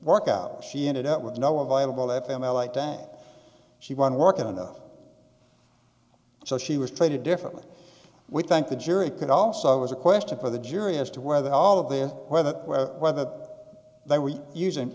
work out she ended up with no available f m i like that she won work enough so she was treated differently we thank the jury could also i was a question for the jury as to whether all of the whether whether they were using